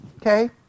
Okay